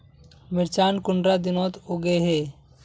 मिर्चान कुंडा दिनोत उगैहे?